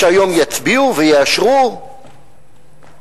שהיום יצביעו עליו ויאשרו אותו,